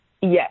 Yes